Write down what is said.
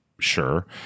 sure